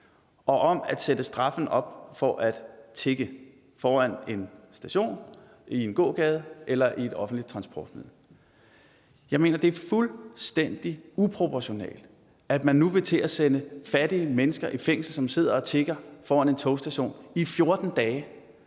og om at sætte straffen op for at tigge foran en station, i en gågade eller i et offentligt transportmiddel. Jeg mener, det er fuldstændig uproportionalt, at man nu vil til at sætte fattige mennesker, som sidder og tigger foran en togstation, i fængsel